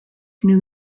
knew